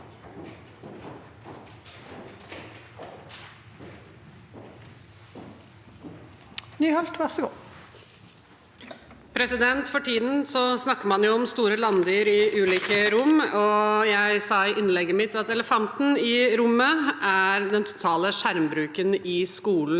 For tiden snakker man om store landdyr i ulike rom, og jeg sa i innlegget mitt at elefanten i rommet er den totale skjermbruken i skolen.